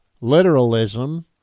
literalism